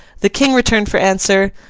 the king returned for answer,